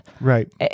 Right